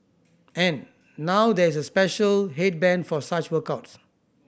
and now there is a special headband for such workouts